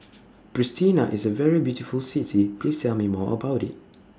Pristina IS A very beautiful City Please Tell Me More about IT